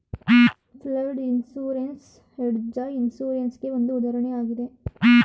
flood insurance hedge insurance ಗೆ ಒಂದು ಉದಾಹರಣೆಯಾಗಿದೆ